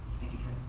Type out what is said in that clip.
thank you kevin.